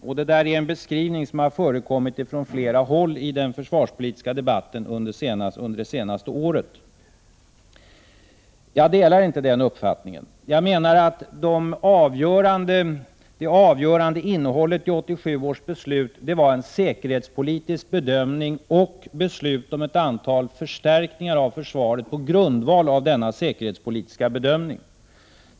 Det där är en beskrivning som har förekommit från flera håll 1 den försvarspolitiska debatten under det senaste året. Själv delar jag inte den uppfattningen. Det avgörande innehållet i 1987 års beslut var en säkerhetspolitisk bedömning, och beslut om ett antal förstärkningar av försvaret på grundval av denna säkerhetspolitiska bedömning.